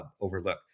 overlook